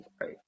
right